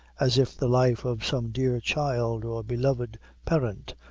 as if the life of some dear child or beloved parent,